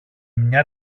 μια